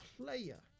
player